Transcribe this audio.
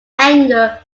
anger